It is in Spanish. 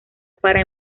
para